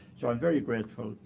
so i'm very grateful,